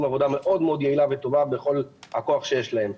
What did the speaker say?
עבודה מאוד מאוד יעילה וטובה בכל הכוח שיש להם.